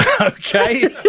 Okay